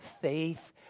faith